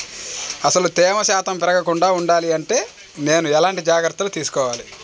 అసలు తేమ శాతం పెరగకుండా వుండాలి అంటే నేను ఎలాంటి జాగ్రత్తలు తీసుకోవాలి?